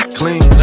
clean